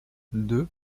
deux